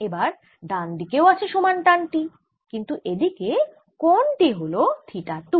এবার ডান দিকেও আছে সমান টান T কিন্তু এদিকে কোণ টি হল থিটা 2